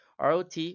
ROT